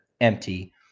empty